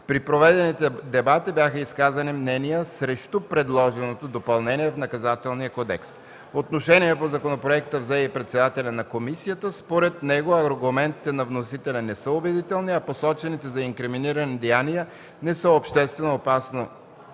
При проведените дебати бяха изказани мнения срещу предложеното допълнение в Наказателния кодекс. Отношение по законопроекта взе и председателят на комисията. Според него аргументите на вносителя не са убедителни, а посочените за инкриминиране деяния не са с обществено опасно